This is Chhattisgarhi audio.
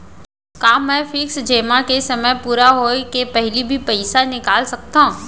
का मैं फिक्स जेमा के समय पूरा होय के पहिली भी पइसा निकाल सकथव?